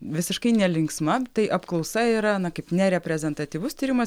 visiškai nelinksma tai apklausa yra na kaip ne reprezentatyvus tyrimas